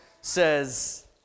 says